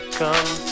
come